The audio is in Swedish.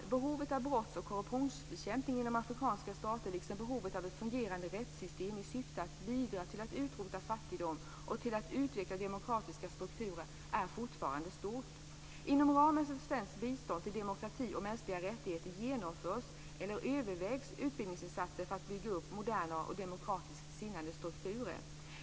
Behovet av brotts och korruptionsbekämpning inom afrikanska stater, liksom behovet av ett fungerande rättssystem i syfte att bidra till att utrota fattigdom och till att utveckla demokratiska strukturer, är fortfarande stort. Inom ramen för svenskt bistånd till demokrati och mänskliga rättigheter genomförs eller övervägs utbildningsinsatser för att bygga upp moderna och demokratiskt sinnade strukturer.